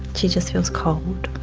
she just feels cold.